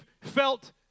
felt